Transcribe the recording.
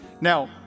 Now